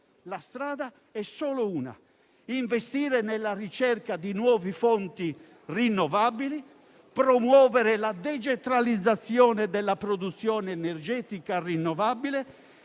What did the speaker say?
La strada è solo una: investire nella ricerca di nuovi fonti rinnovabili, promuovere la decentralizzazione della produzione energetica rinnovabile